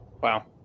Wow